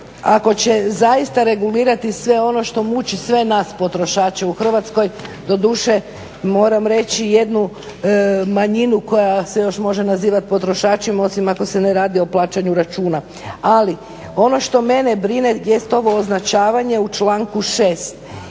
ako će zaista regulirati sve ono što muči sve nas potrošače u Hrvatskoj, doduše moram reći jednu manjinu koja se još može nazivati potrošačima osim ako se ne radi o plaćanju računa. Ali ono što mene brine jest ovo označavanje u članku 6.